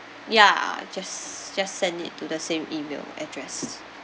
ya just just send it to the same email address